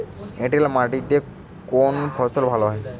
এঁটেল মাটিতে কোন ফসল ভালো হয়?